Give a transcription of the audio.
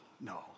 no